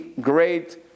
great